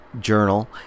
journal